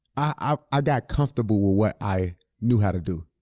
i i got comfortable with what i knew how to do,